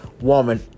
woman